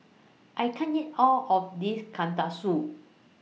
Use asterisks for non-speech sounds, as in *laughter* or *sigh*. I can't eat All of This *unintelligible*